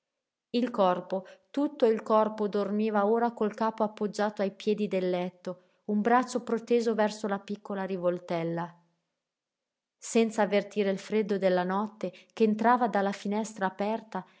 il corpo tutto il corpo dormiva ora col capo appoggiato ai piedi del letto un braccio proteso verso la piccola rivoltella senza avvertire il freddo della notte ch'entrava dalla finestra aperta